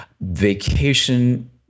Vacation